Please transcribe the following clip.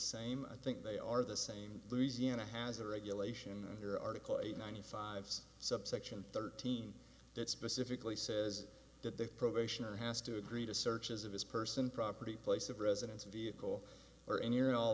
same i think they are the same louisiana has a regulation and here article eight ninety five subsection thirteen that specifically says that the probationer has to agree to searches of his person property place of residence vehicle or any or all